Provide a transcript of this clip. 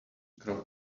grow